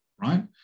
right